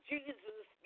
Jesus